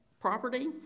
property